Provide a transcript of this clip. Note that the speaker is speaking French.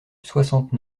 soixante